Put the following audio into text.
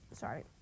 Sorry